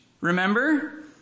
remember